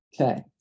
okay